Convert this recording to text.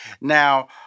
Now